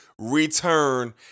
return